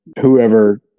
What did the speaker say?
Whoever